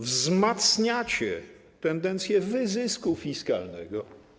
Wzmacniacie tendencję wyzysku fiskalnego.